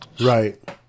Right